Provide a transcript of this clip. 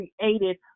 created